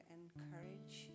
encourage